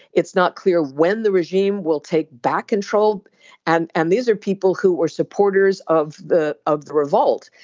it's not clear when the regime will take back control and and these are people who are supporters of the of the revolt.